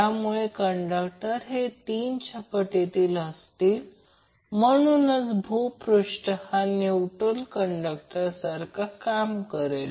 त्यामुळे कंडक्टर हे तीनच्या पटीत असतील आणि म्हणूनच भूपृष्ठ हा न्यूट्रल कंडक्टरसारखा काम करेल